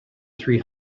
three